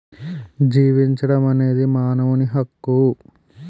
జీవించడం అనేది మానవుని హక్కు